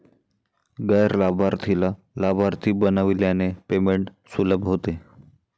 गैर लाभार्थीला लाभार्थी बनविल्याने पेमेंट सुलभ होते